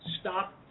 stop